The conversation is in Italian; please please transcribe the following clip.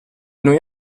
noi